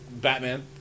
Batman